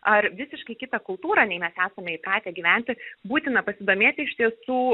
ar visiškai kitą kultūrą nei mes esame įpratę gyventi būtina pasidomėti iš tiesų